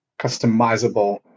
customizable